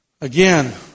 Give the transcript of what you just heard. Again